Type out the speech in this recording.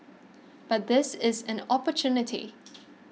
but this is an opportunity